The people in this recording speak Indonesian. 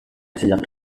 semenjak